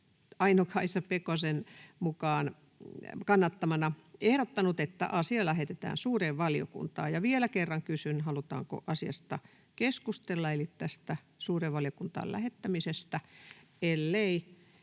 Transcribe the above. Aino-Kaisa Pekosen kannattamana ehdottanut, että asia lähetetään suureen valiokuntaan. Vielä kerran kysyn: halutaanko keskustella tästä suureen valiokuntaan lähettämisestä? — Ellei,